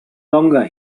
longer